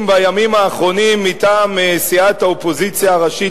בימים האחרונים מטעם סיעת האופוזיציה הראשית,